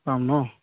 পাম নহ্